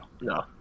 No